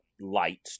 light